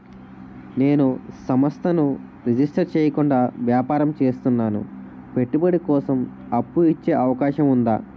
నేను సంస్థను రిజిస్టర్ చేయకుండా వ్యాపారం చేస్తున్నాను పెట్టుబడి కోసం అప్పు ఇచ్చే అవకాశం ఉందా?